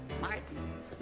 martin